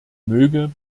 möge